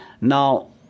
Now